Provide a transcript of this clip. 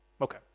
Okay